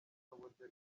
n’uburyo